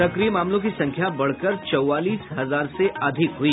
सक्रिय मामलों की संख्या बढ़कर चौवालीस हजार से अधिक हई